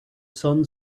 sun